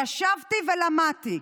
ישבתי ולמדתי.